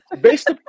based